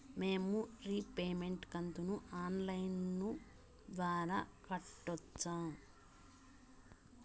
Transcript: మేము రీపేమెంట్ కంతును online ద్వారా కట్టొచ్చా